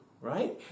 right